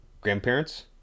grandparents